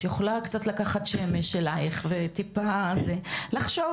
את יכולה קצת לקחת שמש אלייך וטיפה לחשוב.